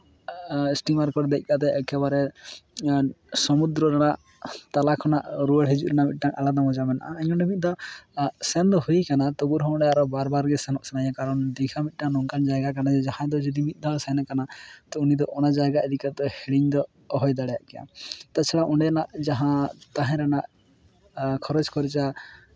steamer ᱠᱚᱨᱮᱜ ᱫᱮᱡ ᱠᱟᱛᱮ ᱮᱠᱮᱵᱟᱨᱮ ᱥᱚᱢᱩᱫᱨᱚ ᱨᱮᱱᱟᱜ ᱛᱟᱞᱟ ᱠᱷᱚᱱᱟᱜ ᱨᱩᱣᱟᱹᱲ ᱦᱤᱡᱩᱜ ᱨᱮᱱᱟᱜ ᱢᱤᱫᱴᱟᱝ ᱟᱞᱟᱫᱟ ᱢᱚᱡᱟ ᱢᱮᱱᱟᱜᱼᱟ ᱤᱧ ᱚᱸᱰᱮ ᱢᱤᱫ ᱫᱷᱟᱣ ᱥᱮᱱ ᱫᱚ ᱦᱩᱭ ᱠᱟᱱᱟ ᱛᱚᱵᱩ ᱨᱮᱦᱚᱸ ᱚᱸᱰᱮ ᱟᱨᱚ ᱵᱟᱨᱼᱵᱟᱨ ᱜᱮ ᱥᱮᱱᱚᱜ ᱥᱟᱱᱟᱧᱟ ᱠᱟᱨᱚᱱ ᱫᱤᱜᱷᱟ ᱢᱤᱫᱴᱟᱝ ᱱᱚᱝᱠᱟᱱ ᱡᱟᱭᱜᱟ ᱠᱟᱱᱟ ᱡᱟᱦᱟᱸᱭ ᱫᱚ ᱡᱩᱫᱤ ᱢᱤᱫ ᱫᱷᱟᱣ ᱥᱮᱱ ᱠᱟᱱᱟ ᱛᱚ ᱩᱱᱤᱫᱚ ᱚᱱᱟ ᱡᱟᱭᱜᱟ ᱤᱫᱤ ᱠᱟᱛᱮ ᱦᱤᱲᱤᱧ ᱫᱚ ᱚᱦᱚᱭ ᱫᱟᱲᱮᱭᱟᱜ ᱠᱮᱭᱟ ᱛᱟᱪᱷᱟᱲᱟ ᱚᱸᱰᱮᱱᱟᱜ ᱡᱟᱦᱟᱸ ᱛᱟᱦᱮᱸ ᱨᱮᱱᱟᱜ ᱠᱷᱚᱨᱚᱪ ᱠᱷᱚᱨᱪᱟ